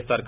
ఎన్సార్